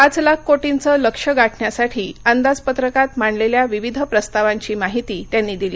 पाच लाख कोटींचं लक्ष्य गाठण्यासाठी अंदाजपत्रकात मांडलेल्या विविध प्रस्तावांची माहिती त्यांनी दिली